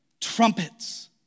trumpets